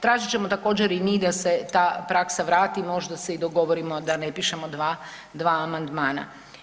Tražit ćemo također i mi da se ta praksa vrata, možda se i dogovorimo da ne pišemo dva, dva amandmana.